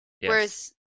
whereas